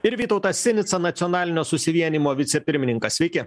ir vytautas sinica nacionalinio susivienijimo vicepirmininkas sveiki